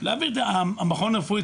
המכון הרפואי,